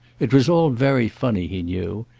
it was all very funny he knew,